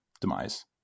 demise